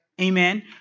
Amen